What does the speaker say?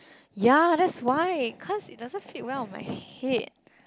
ya that's why cause it doesn't fit well on my head